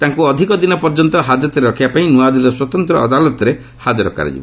ତାଙ୍କୁ ଅଧିକ ଦିନ ପର୍ଯ୍ୟନ୍ତ ହାଜତରେ ରଖିବା ପାଇଁ ନୂଆଦିଲ୍ଲୀର ସ୍ୱତନ୍ତ୍ର ଅଦାଲତରେ ହାଜର କରାଯିବ